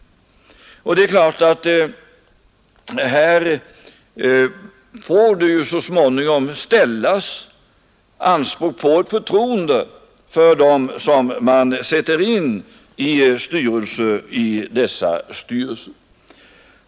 Här ställer man då anspråk på ett förtroende för dem man sätter in i dessa styrelser.